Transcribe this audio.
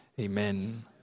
Amen